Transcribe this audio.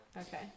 Okay